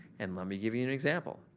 and lemme give you an example.